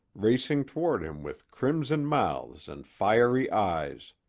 racing toward him with crimson mouths and fiery eyes.